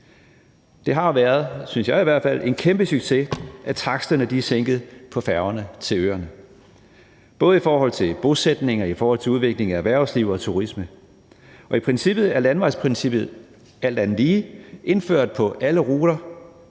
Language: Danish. Det har jo været – synes jeg i hvert fald – en kæmpesucces, at taksterne er sænket på færgerne til øerne, både i forhold til bosætning og i forhold til udvikling af erhvervsliv og turisme, og i princippet er landevejsprincippet alt andet lige indført på alle ruter